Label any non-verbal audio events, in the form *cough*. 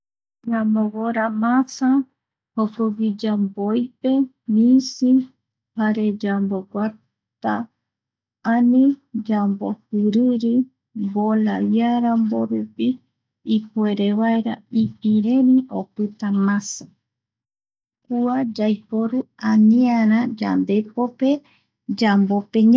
Yamovora masa jokogui yamboipe, misi jare yambo *noise* guata, ani yambojiriri bola *noise* iaramborupi ipuere vaera ipireri opita masa kua yaiporu aniara yandepope yambope ñai